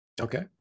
okay